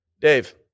Dave